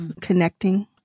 connecting